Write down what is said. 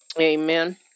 Amen